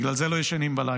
בגלל זה לא ישנים בלילה,